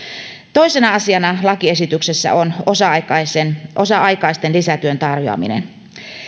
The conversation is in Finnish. toisena asiana lakiesityksessä on osa aikaisten osa aikaisten lisätyön tarjoaminen